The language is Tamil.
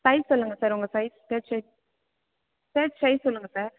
சைஸ் சொல்லுங்கள் சார் உங்கள் size shirt size shirt size சொல்லுங்கள் சார்